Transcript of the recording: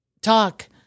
talk